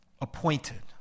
appointed